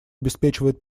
обеспечивает